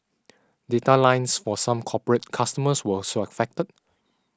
data lines for some corporate customers were also affected